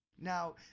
Now